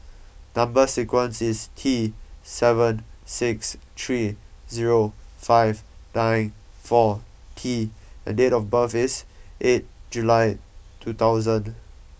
number sequence is T seven six three zero five nine four T and date of birth is eight July two thousand